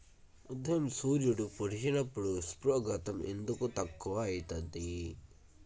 ఉదయం సూర్యుడు పొడిసినప్పుడు ఉష్ణోగ్రత ఎందుకు తక్కువ ఐతుంది?